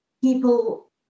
people